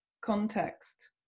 context